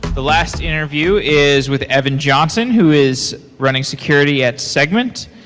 the last interview is with evan johnson, who is running security at segment.